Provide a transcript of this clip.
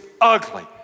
ugly